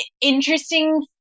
interesting